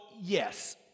yes